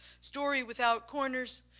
story without corners,